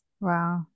Wow